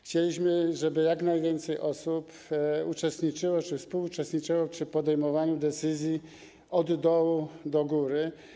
Chcieliśmy, żeby jak najwięcej osób uczestniczyło czy współuczestniczyło w podejmowaniu decyzji do dołu do góry.